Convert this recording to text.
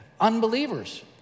unbelievers